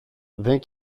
δεν